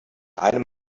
einem